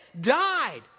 died